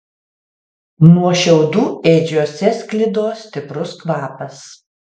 nuo šiaudų ėdžiose sklido stiprus kvapas